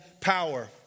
power